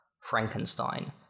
Frankenstein